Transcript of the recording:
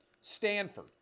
Stanford